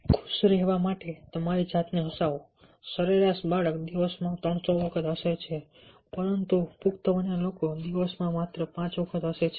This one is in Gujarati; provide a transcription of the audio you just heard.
ખુશ રહેવા માટે તમારી જાતને હસાવો સરેરાશ બાળક દિવસમાં 300 વખત હસે છે પરંતુ પુખ્ત વયના લોકો દિવસમાં માત્ર 5 વખત હસે છે